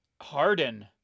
Harden